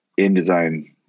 InDesign